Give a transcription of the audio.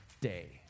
day